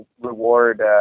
reward